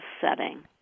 setting